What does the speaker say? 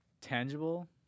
tangible